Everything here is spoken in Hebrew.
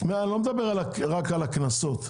אני לא מדבר רק על הקנסות,